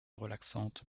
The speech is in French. relaxante